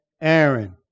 aaron